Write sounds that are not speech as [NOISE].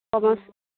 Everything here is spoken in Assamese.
[UNINTELLIGIBLE]